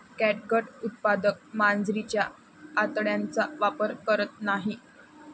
catgut उत्पादक मांजरीच्या आतड्यांचा वापर करत नाहीत